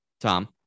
Tom